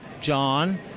John